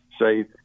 safe